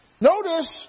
Notice